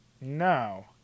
No